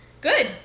Good